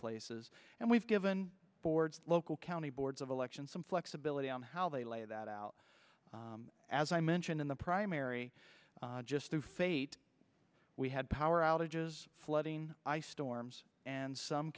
places and we've given boards local county boards of elections some flexibility on how they lay that out as i mentioned in the primary just the fate we had power outages flooding ice storms and some